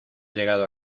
llegado